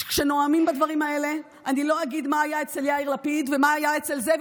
כשנואמים בדברים האלה אני לא אגיד מה היה אצל יאיר לפיד ומה היה אצל זה.